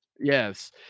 Yes